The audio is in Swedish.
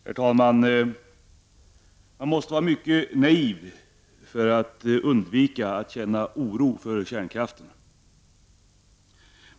Herr talman! Man måste vara mycket naiv för att undvika att känna oro för kärnkraften.